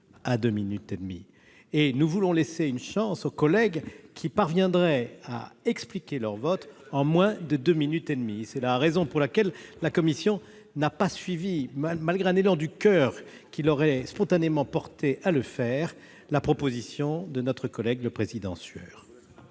de deux minutes et demie. Or nous voulons laisser une chance aux collègues qui parviendraient à expliquer leur vote en moins de deux minutes et demie ! C'est la raison pour laquelle la commission n'a pas suivi, malgré un élan du coeur qui l'aurait spontanément porté à le faire, la proposition de notre collègue, le président Sueur.